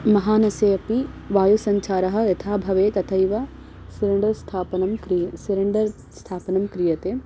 महानसे अपि वायुसञ्चारः यथा भवेत् तथैव सिलिण्डर् स्थापनं क्रियते सिलिण्डर् स्थापनं क्रियते